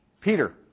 Peter